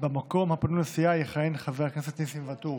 במקום הפנוי לסיעה יכהן חבר הכנסת נסים ואטורי.